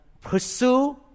pursue